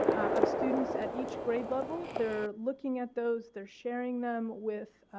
of students at each grade level. they are looking at those, they are sharing them with